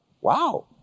Wow